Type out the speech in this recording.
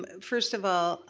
but first of all,